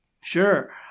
Sure